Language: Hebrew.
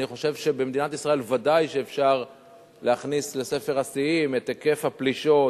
אני חושב שבמדינת ישראל ודאי שאפשר להכניס לספר השיאים את היקף הפלישות